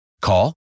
Call